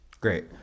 Great